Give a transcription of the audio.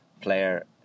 player